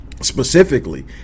Specifically